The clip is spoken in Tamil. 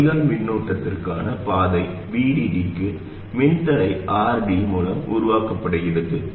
வடிகால் மின்னோட்டத்திற்கான பாதை VDD க்கு மின்தடை RD மூலம் உருவாக்கப்படுகிறது